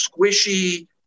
squishy